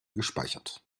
gespeichert